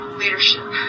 leadership